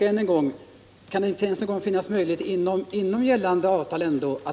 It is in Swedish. Än en gång: Kan man inte åtminstone undersöka om det finns möjlighet att inom gällande avtal